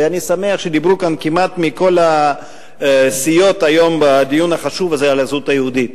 ואני שמח שדיברו כאן היום בדיון החשוב הזה על הזהות היהודית